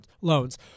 loans